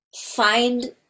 find